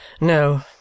No